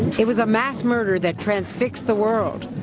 it was a mass murder that transfixed the world.